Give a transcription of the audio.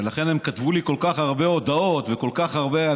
ולכן הם כתבו לי כל כך הרבה הודעות וכל כך הרבה,